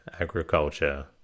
agriculture